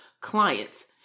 clients